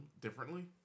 differently